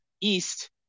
east